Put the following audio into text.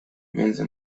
między